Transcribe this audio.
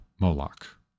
Moloch